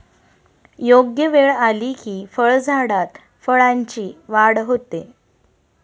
योग्य वेळ आली की फळझाडात फळांची वाढ होते